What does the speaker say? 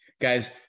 Guys